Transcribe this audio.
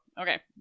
Okay